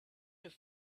have